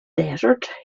desert